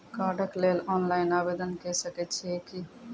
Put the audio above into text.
कार्डक लेल ऑनलाइन आवेदन के सकै छियै की?